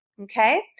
okay